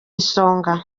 isonga